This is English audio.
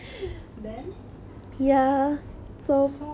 so what's your position usually in netball